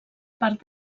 part